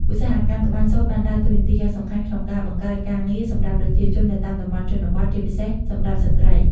ឧស្សាហកម្មត្បាញសូត្របានដើរតួនាទីយ៉ាងសំខាន់ក្នុងការ បង្កើតការងារ សម្រាប់ប្រជាជននៅតាមតំបន់ជនបទ ជាពិសេសសម្រាប់ស្ត្រី។